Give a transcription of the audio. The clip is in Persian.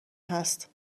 هست